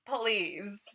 please